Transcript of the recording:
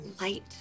light